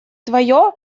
твое